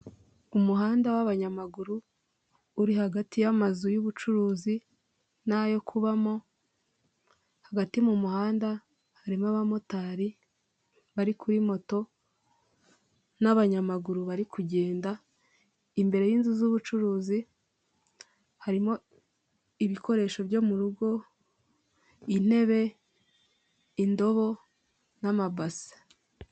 Umuhanda w'abanyamaguru uri hagati y'amazu y'ubucuruzi n'ayo kubamo, hagati mu muhanda harimo abamotari bari kuri moto n'abanyamaguru bari kugenda. Imbere y'inzu z'ubucuruzi harimo ibikoresho byo mu rugo; intebe, indobo n'amabase.